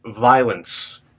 violence